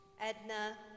Edna